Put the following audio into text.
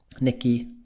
nikki